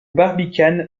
barbicane